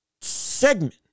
segment